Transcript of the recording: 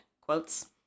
quotes